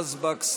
היבה יזבק,